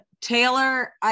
Taylor